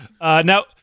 Now